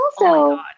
also-